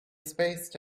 spaced